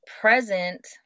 present